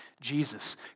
Jesus